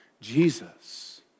Jesus